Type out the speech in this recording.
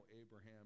Abraham